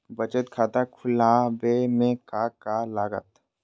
बचत खाता खुला बे में का का लागत?